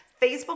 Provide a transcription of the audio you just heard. Facebook